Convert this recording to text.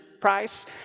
price